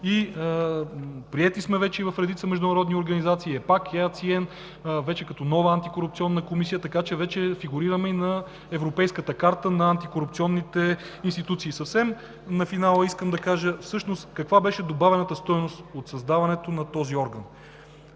мрежа от звена за контакт срещу корупцията), вече като нова антикорупционна комисия, така че вече фигурираме и на европейската карта на антикорупционните институции. Съвсем на финала искам да кажа всъщност каква беше добавената стойност от създаването на този орган.